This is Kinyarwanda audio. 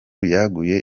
yaguye